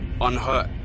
unhurt